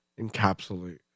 encapsulate